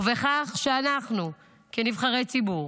אנחנו כנבחרי ציבור,